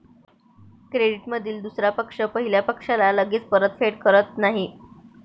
क्रेडिटमधील दुसरा पक्ष पहिल्या पक्षाला लगेच परतफेड करत नाही